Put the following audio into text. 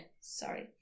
sorry